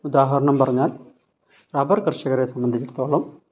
ഉദാഹരണം പറഞ്ഞാൽ റബ്ബർ കർഷകരെ സംബന്ധിച്ചിടത്തോളം